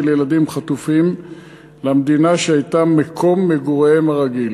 ילדים חטופים למדינה שהייתה מקום מגוריהם הרגיל.